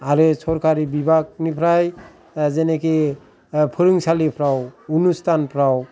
आरो सरखारि बिभागनिफ्राय जेनिखि फोरोंसालिफ्राव अनुस्थानफ्राव